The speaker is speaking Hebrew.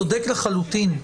צודק לחלוטין.